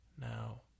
now